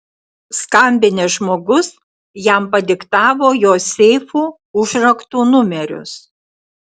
skambinęs žmogus jam padiktavo jo seifų užraktų numerius